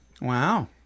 Wow